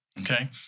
okay